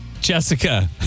Jessica